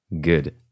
good